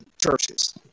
Churches